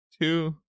two